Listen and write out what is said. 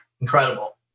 incredible